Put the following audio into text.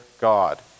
God